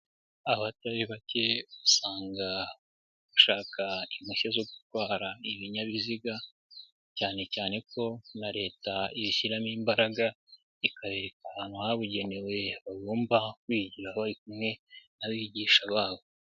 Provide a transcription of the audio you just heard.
Abatari bake usanga bashaka impushya zo gutwara ibinyabiziga, cyane cyane ko na Leta ibishyiramo imbaraga, ikabereka ahantu habugenewe bagomba kwigira honyine n'abigisha babo.